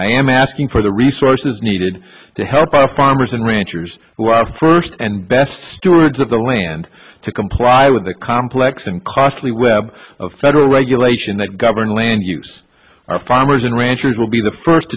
i am asking for the resources needed to help our farmers and ranchers who are first and best stewards of the land to comply with the complex and costly web of federal regulation that govern land use our farmers and ranchers will be the first